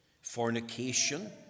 fornication